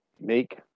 make